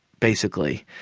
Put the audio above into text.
basically.